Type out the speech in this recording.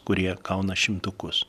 kurie gauna šimtukus